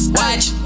watch